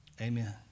Amen